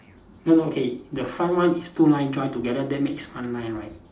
no no okay the front one is two line join together then makes one line right